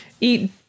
eat